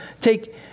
take